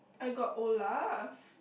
I got Olaf